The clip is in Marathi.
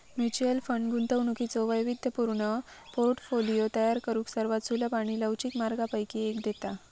म्युच्युअल फंड गुंतवणुकीचो वैविध्यपूर्ण पोर्टफोलिओ तयार करुक सर्वात सुलभ आणि लवचिक मार्गांपैकी एक देता